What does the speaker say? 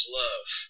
love